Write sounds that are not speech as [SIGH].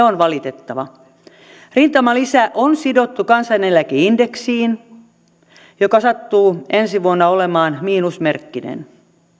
[UNINTELLIGIBLE] on valitettava rintamalisä on sidottu kansaneläkeindeksiin joka sattuu ensi vuonna olemaan miinusmerkkinen